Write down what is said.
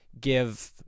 Give